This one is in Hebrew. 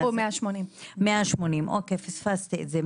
אמרו 180. 180. אוקיי, פספסתי את זה.